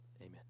Amen